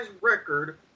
record